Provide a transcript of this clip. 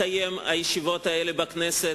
לקיים את הישיבות האלה בכנסת,